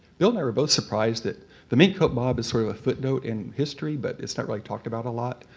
bill and i were both surprised that the mink coat mob is sort of a footnote in history, but it's not really talked about a lot.